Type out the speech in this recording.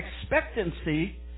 expectancy